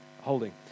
holding